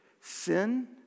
Sin